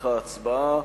מצריכה הצבעה.